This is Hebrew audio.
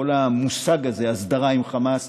כל המושג הזה "הסדרה עם חמאס"